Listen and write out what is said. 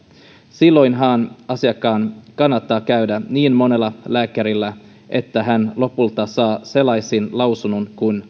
silloinhan asiakkaan kannattaa käydä niin monella lääkärillä että hän lopulta saa sellaisen lausunnon kuin